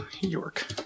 york